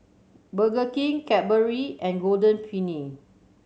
Burger King Cadbury and Golden Peony